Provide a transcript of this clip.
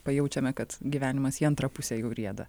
pajaučiame kad gyvenimas į antrą pusę jau rieda